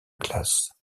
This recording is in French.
classe